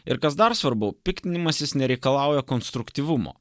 ir kas dar svarbu piktinimasis nereikalauja konstruktyvumo